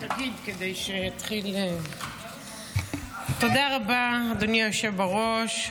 תודה רבה, אדוני היושב בראש.